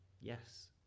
yes